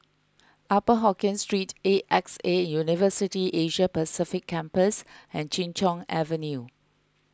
Upper Hokkien Street A X A University Asia Pacific Campus and Chin Cheng Avenue